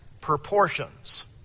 proportions